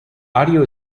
audio